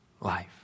life